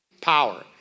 power